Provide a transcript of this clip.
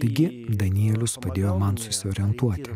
taigi danielius padėjo man susiorientuoti